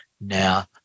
now